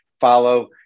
follow